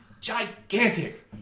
gigantic